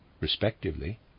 respectively